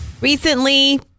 Recently